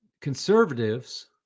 conservatives